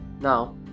Now